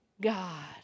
God